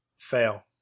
Fail